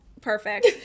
perfect